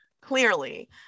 Clearly